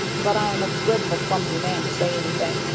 but i am a dreadful clumsy man to say anything,